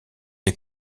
des